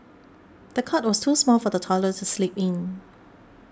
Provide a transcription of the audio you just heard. the cot was too small for the toddler to sleep in